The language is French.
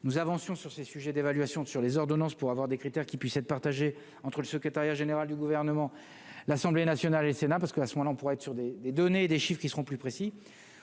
nous avancions sur ces sujets d'évaluation sur les ordonnances pour avoir des critères qui puissent être partagées entre le secrétariat général du gouvernement, l'Assemblée nationale et Sénat parce que, à ce moment-là on pourra être sur des données et des chiffes qui seront plus précis